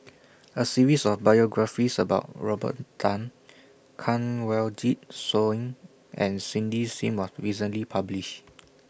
A series of biographies about Robert Tan Kanwaljit Soin and Cindy SIM was recently published